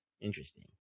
Interesting